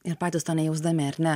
ir patys to nejausdami ar ne